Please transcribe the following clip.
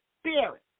spirit